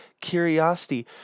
curiosity